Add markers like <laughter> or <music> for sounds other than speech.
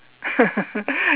<laughs>